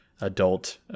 adult